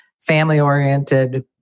family-oriented